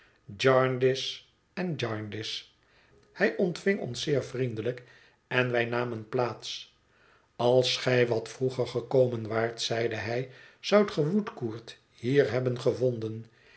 en jarndyce hij ontving ons zeer vriendelijk en wij namen plaats als gij wat vroeger gekomen waart zeide hij zoudt ge woodcourt hier hebben gevonden